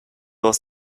was